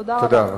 תודה רבה.